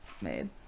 made